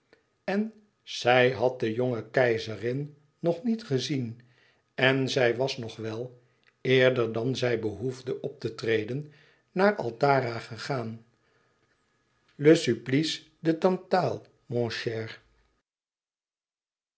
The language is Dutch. en zij had de jonge keizerin nog niet gezien en zij was nog wel eerder dan zij behoefde op te treden naar altara gegaan le supplice de tantale mon cher